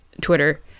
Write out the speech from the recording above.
Twitter